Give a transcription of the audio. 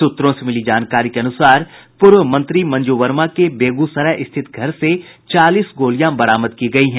सूत्रों से मिली जानकारी के अनुसार पूर्व मंत्री मंजू वर्मा के बेगूसराय रिथित घर से चालीस गोलियां बरामद की गयी हैं